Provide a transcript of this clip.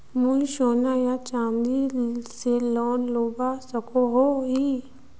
मुई सोना या चाँदी से लोन लुबा सकोहो ही?